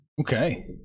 Okay